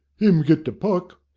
him get de puck,